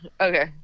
okay